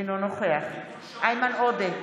אינו נוכח איימן עודה,